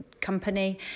company